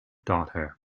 daughter